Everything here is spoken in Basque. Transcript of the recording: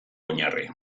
oinarri